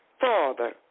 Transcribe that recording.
Father